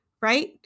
Right